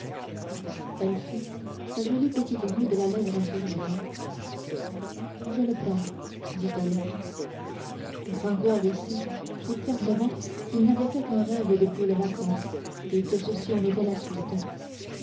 elle fit sa jolie petite moue de la lèvre inférieure je le prends dit-elle gringoire ici crut fermement qu'il n'avait fait qu'un rêve depuis le matin et que ceci en était la suite